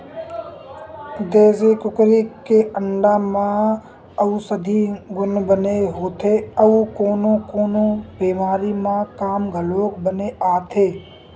देसी कुकरी के अंडा म अउसधी गुन बने होथे अउ कोनो कोनो बेमारी म काम घलोक बने आथे